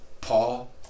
Paul